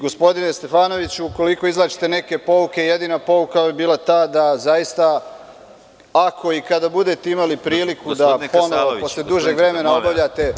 Gospodine Stefanoviću, ukoliko izvlačite neke pouke, jedina pouka je bila ta da zaista, ako i kada budete imali priliku da ponovo posle dužeg vremena obavljate…